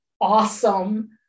awesome